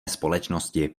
společnosti